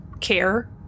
care